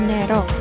Nero